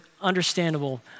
understandable